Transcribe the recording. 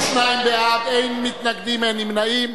62 בעד, אין מתנגדים, אין נמנעים.